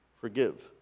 forgive